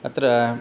तत्र